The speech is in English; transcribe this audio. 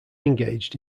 engaged